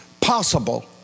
possible